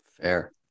fair